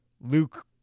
Luke